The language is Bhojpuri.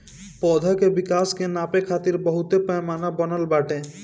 पौधा के विकास के नापे खातिर बहुते पैमाना बनल बाटे